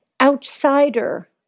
outsider